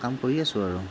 কাম কৰি আছোঁ আৰু